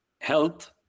health